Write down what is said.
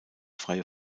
freie